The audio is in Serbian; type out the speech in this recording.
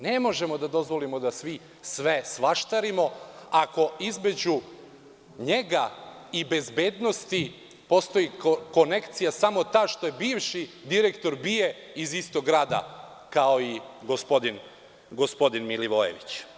Ne možemo da dozvolimo da svi sve svaštarimo ako između njega i bezbednosti postoji konekcija samo ta što je bivši direktor BIA iz istog grada kao i gospodin Milivojević.